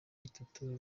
itatu